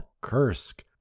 Kursk